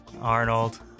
Arnold